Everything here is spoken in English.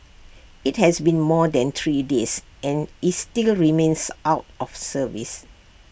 IT has been more than three days and is still remains out of service